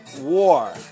war